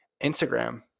Instagram